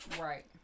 Right